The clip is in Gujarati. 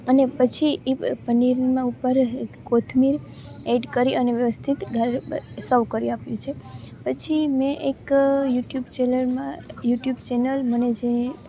અને પછી એ પનીરમાં ઉપર કોથમીર એડ કરી અને વ્યવસ્થિત સવ કરી આપ્યું છે પછી મેં એક યુટ્યુબ ચેનલમાં યુટ્યુબ ચેનલ મને જે